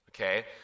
okay